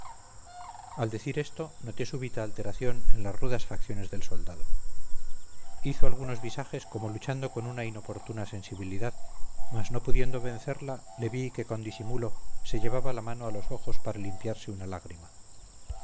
al decir esto noté súbita alteración en las rudas facciones del soldado hizo algunos visajes como luchando con una inoportuna sensibilidad mas no pudiendo vencerla le vi que con disimulo se llevaba la mano a los ojos para limpiarse una lágrima